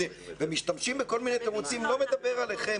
ומשתמשים בכל מיני תירוצים אני לא מדבר עליכם,